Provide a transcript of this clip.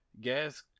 gas